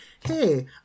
hey